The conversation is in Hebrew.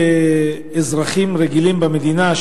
כאזרחים רגילים במדינה,